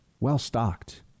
Well-stocked